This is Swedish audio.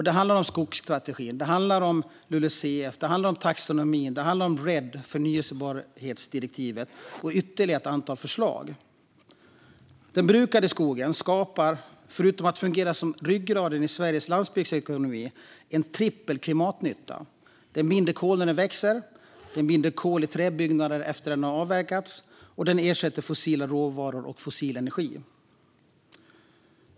Det handlar om skogsstrategin, LULUCF, taxonomin, förnybarhetsdirektivet RED och ytterligare ett antal förslag. Den brukade skogen skapar, förutom att fungera som ryggraden i Sveriges landsbygdsekonomi, en trippel klimatnytta. Den binder kol när den växer. Den binder kol i träbyggnader efter att den har avverkats. Den ersätter fossila råvaror och fossil energi.